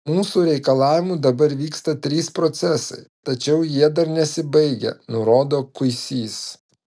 mūsų reikalavimu dabar vyksta trys procesai tačiau jie dar nesibaigę nurodo kuisys